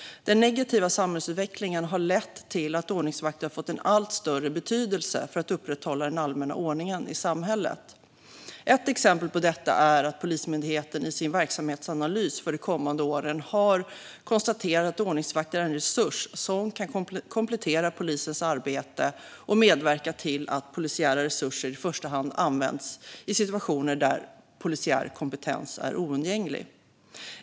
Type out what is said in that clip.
Den negativa samhällsutvecklingen har lett till att ordningsvakter fått allt större betydelse för att upprätthålla den allmänna ordningen i samhället. Ett exempel på detta är att Polismyndigheten i sin verksamhetsanalys för de kommande åren har konstaterat att ordningsvakter är en resurs som kan komplettera polisens arbete och medverka till att polisiära resurser i första hand används i situationer där polisiär kompetens är oundgänglig.